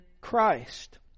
Christ